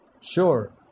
Sure